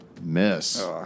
Miss